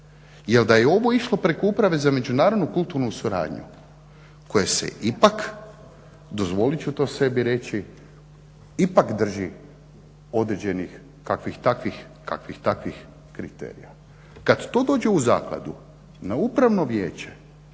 jer da je ovo išlo preko uprave za međunarodnu kulturnu suradnju koje se ipak dozvolit ću to sebi reći, ipak drži određenih kakvih takvih kriterija. Kad to dođe u zakladu na upravno vijeće